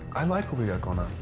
i like what we got going on.